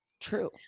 True